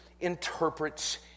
interprets